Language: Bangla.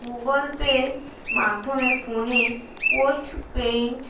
গুগোল পের মাধ্যমে ফোনের পোষ্টপেইড